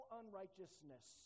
unrighteousness